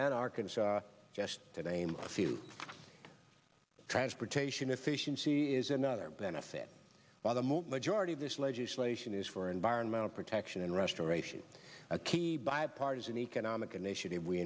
and arkansas just to name a few transportation efficiency is another benefit by the move majority this legislation is for environmental protection and restoration a key bipartisan economic initiative we